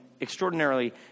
extraordinarily